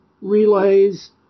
relays